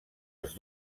els